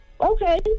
Okay